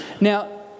Now